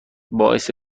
باعث